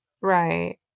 right